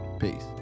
peace